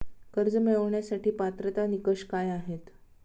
कर्ज मिळवण्यासाठीचे पात्रता निकष काय आहेत?